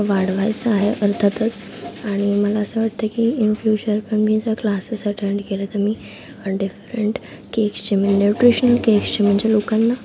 वाढवायचं आहे अर्थातच आणि मला असं वाटतं की इन फ्युचर पण मी जर क्लासेस अटेंड केले तर मी डिफरन्ट केक्सचे म्हणजे ट्युशन केक्सचे म्हणजे लोकांना